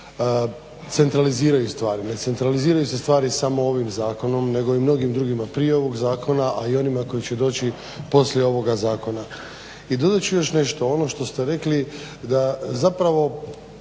centraliziraju stvari. Ne centraliziraju se stvari samo ovim zakonom nego i mnogim drugima prije ovog zakona, a i onima koji će doći poslije ovoga zakona. I dodat ću još nešto, ono što ste rekli da zapravo